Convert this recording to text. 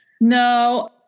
No